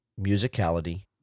musicality